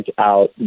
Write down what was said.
out